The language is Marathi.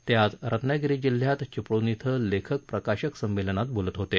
ते आज रत्नागिरी जिल्ह्यात चिपळूण इथं लेखक प्रकाशक संमेलनात बोलत होते